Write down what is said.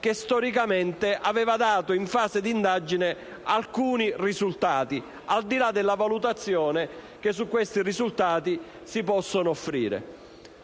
che, storicamente, aveva dato in fase d'indagine alcuni risultati: al di là della valutazione che su questi risultati si potesse formulare.